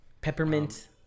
Peppermint